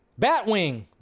Batwing